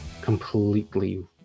completely